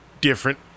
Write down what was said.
different